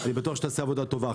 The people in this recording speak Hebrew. אני בטוח שתעשה עבודה טובה.